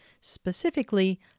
specifically